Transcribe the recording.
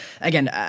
again